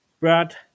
Brad